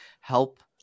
help